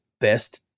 best